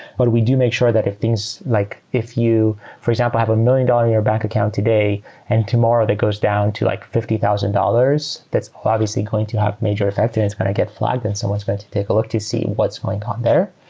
but we do make sure that if things, like if you, for example, have a million-dollar in your bank account today and tomorrow that goes down to like fifty thousand dollars. that's obviously going to have major effect and it's going to get flagged and someone's going to take a look to see what's going on there.